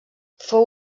fou